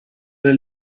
del